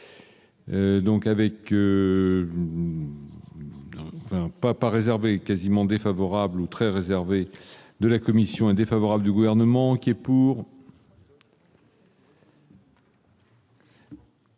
Donc avec enfin. Papa réservé quasiment défavorable ou très réservée de la Commission un défavorable du gouvernement qui est pour.